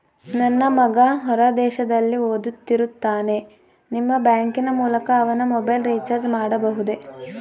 ನನ್ನ ಮಗ ಹೊರ ದೇಶದಲ್ಲಿ ಓದುತ್ತಿರುತ್ತಾನೆ ನಿಮ್ಮ ಬ್ಯಾಂಕಿನ ಮೂಲಕ ಅವನ ಮೊಬೈಲ್ ರಿಚಾರ್ಜ್ ಮಾಡಬಹುದೇ?